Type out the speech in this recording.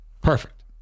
Perfect